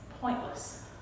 pointless